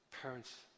Parents